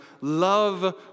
love